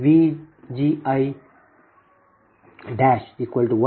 ಆದ್ದರಿಂದ V gi 1